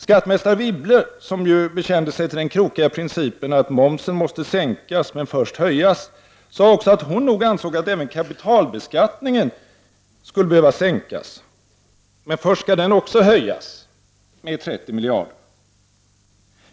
Skattmästare Wibble, som bekände sig till den krokiga principen att momsen måste sänkas men först höjas, sade också att hon nog ansåg att även kapitalbeskattningen skulle behöva sänkas, men först skall den höjas med 30 miljarder.